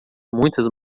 muitas